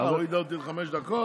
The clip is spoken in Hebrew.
אה, היא הורידה אותי לחמש דקות?